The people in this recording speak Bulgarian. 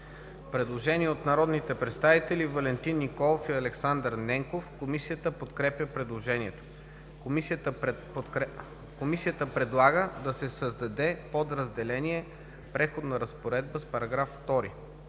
Предложение от народните представители Валентин Николов и Александър Ненков. Комисията подкрепя предложението. Комисията предлага да се създаде подразделение „Преходна разпоредба“ с § 2: